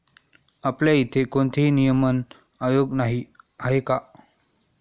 आपल्या इथे कोणतेही नियमन आयोग नाही आहे का?